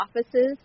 offices